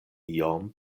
iom